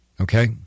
Okay